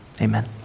amen